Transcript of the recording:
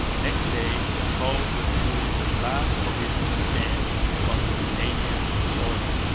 next day hull withdrew the last of his men from canadian soil,